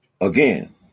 Again